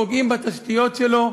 פוגעים בתשתיות שלו,